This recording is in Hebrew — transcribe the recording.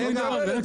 איזה מן דבר זה?